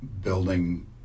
building